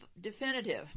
definitive